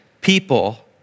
people